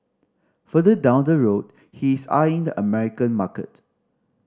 further down the road he is eyeing the American market